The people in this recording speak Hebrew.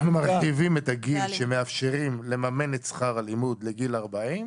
אנחנו מרחיבים את הגיל שמאפשרים לממן את שכר הלימוד לגיל 40,